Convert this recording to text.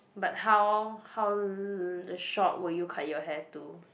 but how how short will you cut your hair to